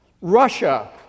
Russia